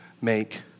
make